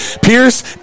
Pierce